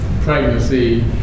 pregnancy